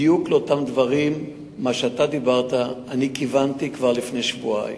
בדיוק לאותם דברים שאתה דיברת אני כיוונתי כבר לפני שבועיים.